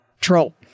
troll